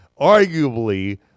arguably